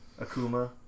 Akuma